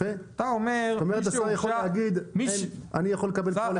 זאת אומרת שהשר יכול להגיד שהוא יכול לקבל כל אחד.